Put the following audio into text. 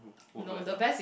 work laptop